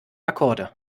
akkorde